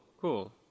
Cool